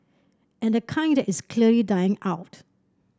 and the kind that is clearly dying out